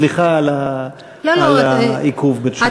סליחה על העיכוב בתשובה שלך.